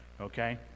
Okay